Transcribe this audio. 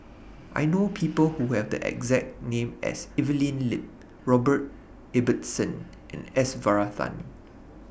I know People Who Have The exact name as Evelyn Lip Robert Ibbetson and S Varathan